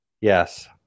Yes